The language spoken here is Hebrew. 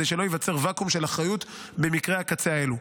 וכדי שלא ייווצר ואקום של אחריות במקרי הקצה האלה.